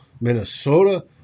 Minnesota